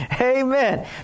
Amen